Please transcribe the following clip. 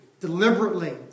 deliberately